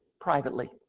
privately